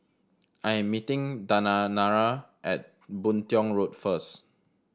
I am meeting Dayanara at Boon Tiong Road first